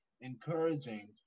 encouraging